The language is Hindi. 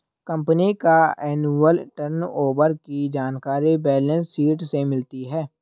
कंपनी का एनुअल टर्नओवर की जानकारी बैलेंस शीट से मिलती है